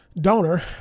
donor